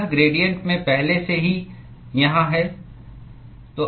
यह ग्रेडिएंट में पहले से ही यहाँ है